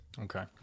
Okay